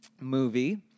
movie